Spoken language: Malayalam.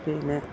പിന്നെ